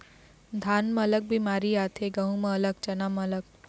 धान म अलग बेमारी आथे, गहूँ म अलग, चना म अलग